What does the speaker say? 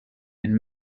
and